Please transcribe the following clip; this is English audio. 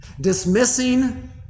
Dismissing